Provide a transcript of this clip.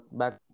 back